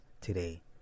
today